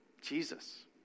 Jesus